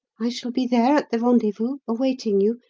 i shall be there, at the rendezvous, awaiting you,